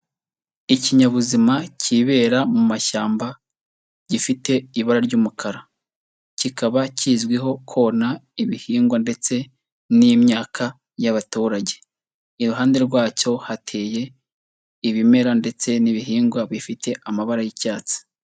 Ikinyabuzima kibera mu mashyamba gifite ibara ry'umukara, kikaba kizwiho kona ibihingwa ndetse n'imyaka y'abaturage. Iruhande rwacyo hateye ibimera ndetse n'ibihingwa bifite amabara y'icyatsi.